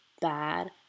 bad